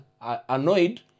annoyed